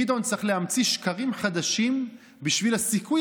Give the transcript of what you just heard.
גדעון צריך להמציא שקרים חדשים בשביל הסיכוי